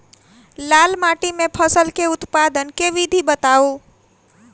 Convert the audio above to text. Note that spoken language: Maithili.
लाल माटि मे फसल केँ उत्पादन केँ विधि बताऊ?